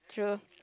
sure